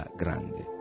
grande